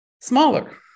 smaller